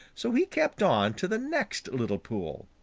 so he kept on to the next little pool.